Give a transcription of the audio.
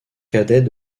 cadet